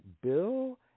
Bill